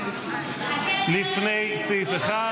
מטי צרפתי הרכבי,